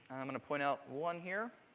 and point out one here.